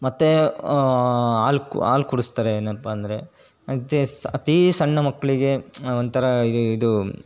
ಮತ್ತೆ ಹಾಲು ಕೊ ಹಾಲು ಕುಡಿಸ್ತಾರೆ ಏನಪ್ಪ ಅಂದರೆ ಅಂತೆ ಅತಿ ಸಣ್ಣ ಮಕ್ಕಳಿಗೆ ಒಂಥರ ಇದು